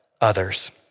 others